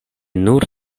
nur